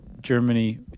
Germany